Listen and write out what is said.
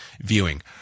viewing